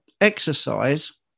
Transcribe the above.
exercise